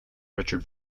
richard